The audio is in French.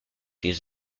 les